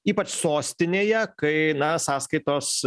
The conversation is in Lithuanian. ypač sostinėje kai na sąskaitos